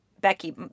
Becky